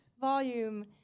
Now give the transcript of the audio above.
volume